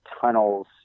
tunnels